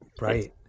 Right